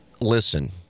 listen